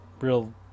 real